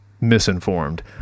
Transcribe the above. misinformed